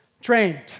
trained